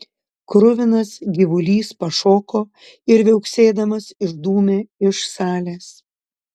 kruvinas gyvulys pašoko ir viauksėdamas išdūmė iš salės